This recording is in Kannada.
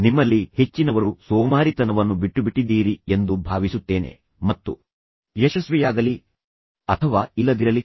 ನಿಮ್ಮಲ್ಲಿ ಹೆಚ್ಚಿನವರು ಈ ಹೊತ್ತಿಗೆ ಸೋಮಾರಿತನವನ್ನು ಬಿಟ್ಟುಬಿಟ್ಟಿದ್ದೀರಿ ಎಂದು ನಾನು ಭಾವಿಸುತ್ತೇನೆ ಮತ್ತು ನಂತರ ಯಶಸ್ವಿಯಾಗಲಿ ಅಥವಾ ಇಲ್ಲದಿರಲಿ ಅಂತಹ ಪ್ರಶ್ನೆಗಳೂ ಸಹ ಬಿಟ್ಟುಬಿಟ್ಟಿದ್ದೀರಿ